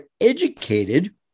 educated